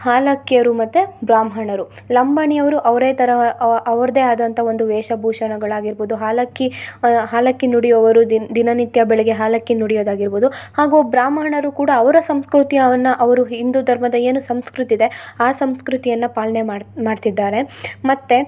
ಹಾಲಕ್ಕಿಯರು ಮತ್ತು ಬ್ರಾಹ್ಮಣರು ಲಂಬಾಣಿ ಅವರು ಅವ್ರ ತರಹ ಅವರದ್ದೇ ಆದಂಥ ಒಂದು ವೇಷ ಭೂಷಣಗಳಾಗಿರಬೌದು ಹಾಲಕ್ಕಿ ಹಾಲಕ್ಕಿ ನುಡಿವವರು ದಿನ ದಿನನಿತ್ಯ ಬೆಳಿಗ್ಗೆ ಹಾಲಕ್ಕಿ ನುಡಿಯೋದಾಗಿರಬೋದು ಹಾಗೂ ಬ್ರಾಹ್ಮಣರು ಕೂಡ ಅವರ ಸಂಸ್ಕೃತಿಯನ್ನು ಅವರು ಹಿಂದೂ ಧರ್ಮದ ಏನು ಸಂಸ್ಕೃತಿಯಿದೆ ಆ ಸಂಸ್ಕೃತಿಯನ್ನು ಪಾಲನೆ ಮಾಡಿ ಮಾಡ್ತಿದ್ದಾರೆ ಮತ್ತು